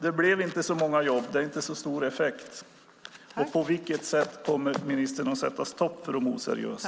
Det blev inte så många jobb. Det fick inte så stor effekt. På vilket sätt kommer ministern att sätta stopp för de oseriösa?